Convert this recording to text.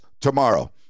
tomorrow